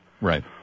Right